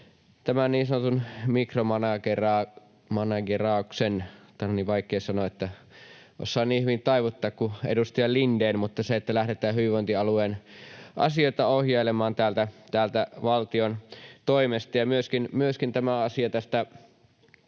tämän niin sanotun mikromanageerauksen — tämä on niin vaikea sanoa, ja en osaa niin hyvin taivuttaa kuin edustaja Lindén — sen, että lähdetään hyvinvointialueen asioita ohjailemaan täältä valtion toimesta. Myöskin on tämä asia